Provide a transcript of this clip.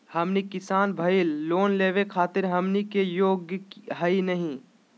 हमनी किसान भईल, लोन लेवे खातीर हमनी के योग्य हई नहीं?